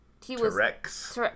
T-Rex